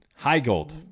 Highgold